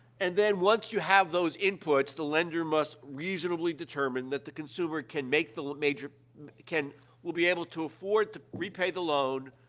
and then, once you have those inputs, the lender must reasonably determine that the consumer can make the major can will be able to afford to repay the loan,